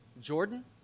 Jordan